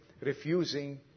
refusing